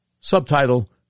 Subtitle